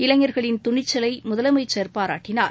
இளைஞர்களின் துணிச்சலை முதலமைச்சர் பாராட்டினார்